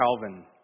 Calvin